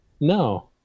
No